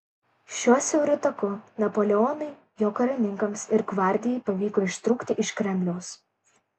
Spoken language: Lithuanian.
šiuo siauru taku napoleonui jo karininkams ir gvardijai pavyko ištrūkti iš kremliaus